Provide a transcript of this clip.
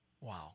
Wow